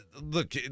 look